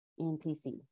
NPC